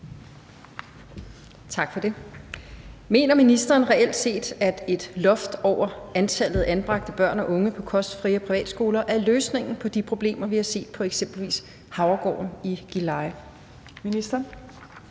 Thiesen (NB): Mener ministeren reelt set, at et loft over antallet af anbragte børn og unge på kost-, fri- og privatskoler er løsningen på de problemer, vi har set på eksempelvis Havregården i Gilleleje?